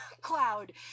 Cloud